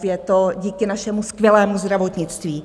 Je to díky našemu skvělému zdravotnictví.